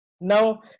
Now